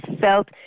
felt